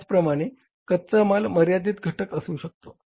त्याचप्रमाणे कच्चा माल मर्यादित घटक असू शकतो